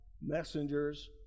messengers